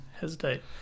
hesitate